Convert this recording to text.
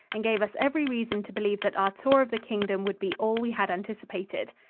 and gave us every reason to believe that our tour of the kingdom would be all we had anticipated.